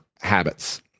habits